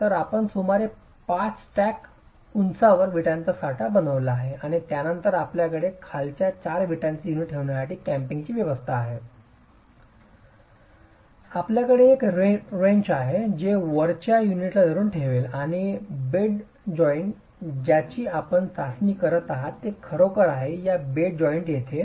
तर आपण सुमारे 5 स्टॅक उंचावर विटाचा साठा बनविला आहे आणि त्यानंतर आपल्याकडे खालच्या 4 विटांचे युनिट ठेवण्यासाठी कॅम्पिंगची व्यवस्था आहे आपल्याकडे एक रेन्च आहे जो वरच्या युनिटला धरून ठेवेल आणि बेड जॉइंट ज्याची आपण चाचणी करीत आहात ते खरोखर आहे या बेड जॉइंट येथे